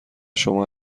شما